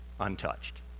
untouched